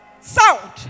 sound